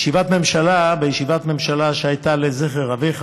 בישיבת ממשלה שהייתה לזכר אביך